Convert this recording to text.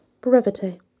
brevity